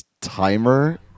timer